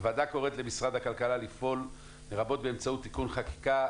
הוועדה קוראת למשרד הכלכלה לפעול לרבות באמצעות תיקון חקיקה,